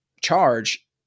charge